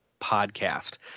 podcast